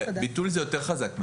ביטול זה יותר חזק מהתליה.